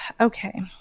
Okay